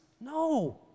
No